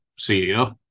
CEO